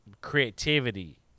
creativity